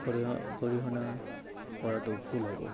গৰিহণা গৰিহণা কৰাতো ভুল হ'ব